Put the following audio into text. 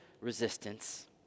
resistance